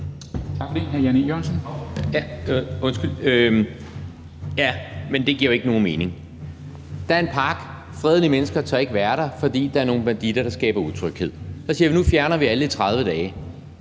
(V): Men det giver jo ikke nogen mening. Der er en park, og fredelige mennesker tør ikke være der, fordi der er nogle banditter, der skaber utryghed. Så siger vi: Nu fjerner vi alle i 30 dage.